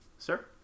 Sir